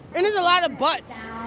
and there's a lot of butts